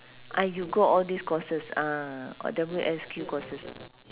ah you go all these courses ah all W_S_Q courses